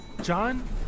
John